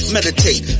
Meditate